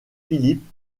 philippe